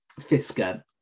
fisker